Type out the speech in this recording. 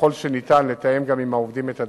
ככל שניתן לתאם גם עם העובדים את הדברים,